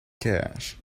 cash